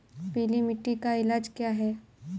पीली मिट्टी का इलाज क्या है?